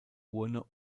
urne